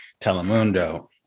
Telemundo